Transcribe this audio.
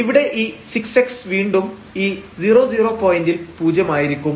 ഇവിടെ ഈ 6x വീണ്ടും ഈ 00 പോയന്റിൽ പൂജ്യമായിരിക്കും